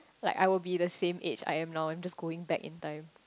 like I would be the same age I am now just going back in time